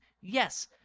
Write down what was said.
Yes